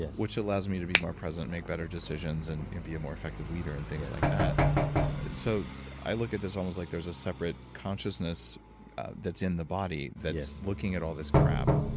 yeah which allows me to be more present, make better decisions, and be a more effective leader and things like that yes so i look at this almost like there's a separate consciousness that's in the body that's looking at all this crap,